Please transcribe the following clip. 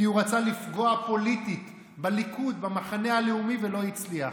כי הוא רצה לפגוע פוליטית בליכוד ובמחנה הלאומי ולא הצליח.